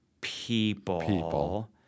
People